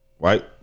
right